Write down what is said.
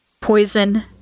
poison